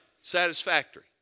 satisfactory